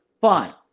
fine